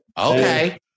Okay